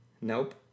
Nope